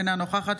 אינה נוכחת